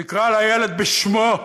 אז נקרא לילד בשמו: